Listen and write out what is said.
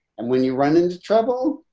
and when you run into trouble,